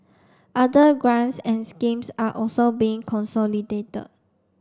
other grants and schemes are also being consolidated